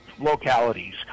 localities